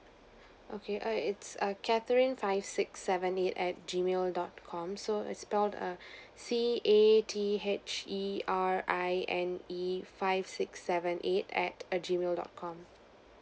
okay err it's a catherine five six seven eight at G mail dot com so it's spelt err C_A_T_H_E_R_I_N_E five six seven eight at G mail dot com